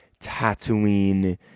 Tatooine